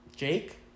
Jake